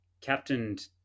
captained